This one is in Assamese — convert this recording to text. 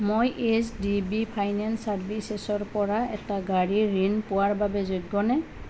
মই এইচ ডি বি ফাইনেন্স চাৰ্ভিচেছৰ পৰা এটা গাড়ীৰ ঋণ পোৱাৰ বাবে যোগ্যনে